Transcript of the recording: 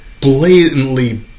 blatantly